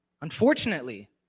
Unfortunately